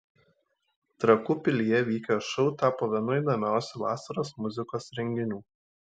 trakų pilyje vykęs šou tapo vienu įdomiausių vasaros muzikos renginių